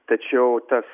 tačiau tas